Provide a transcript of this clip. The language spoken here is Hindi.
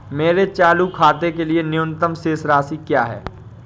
मेरे चालू खाते के लिए न्यूनतम शेष राशि क्या है?